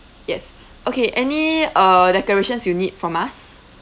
yes okay any uh decorations you need from us